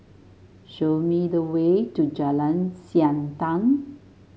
show me the way to Jalan Siantan